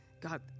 God